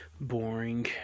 Boring